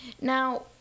Now